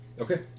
Okay